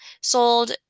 Sold